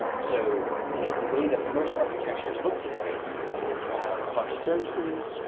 so you know the way that most architectures look today is you have a bunch of services,